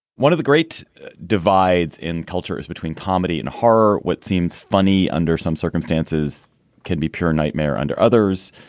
one of the great divides in cultures between comedy and horror what seems funny under some circumstances can be pure nightmare under others.